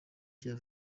cya